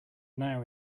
now